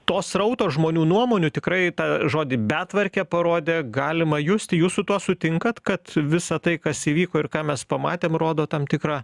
to srauto žmonių nuomonių tikrai tą žodį betvarkę parodė galima justi jūs su tuo sutinkat kad visa tai kas įvyko ir ką mes pamatėme rodo tam tikrą